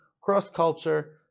cross-culture